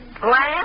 Glass